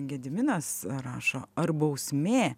gediminas rašo ar bausmė